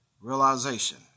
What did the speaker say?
realization